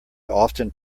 often